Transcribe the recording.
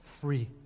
free